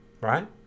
right